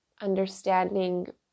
understanding